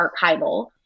archival